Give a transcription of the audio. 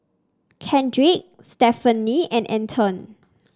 Kendrick Stephanie and Anton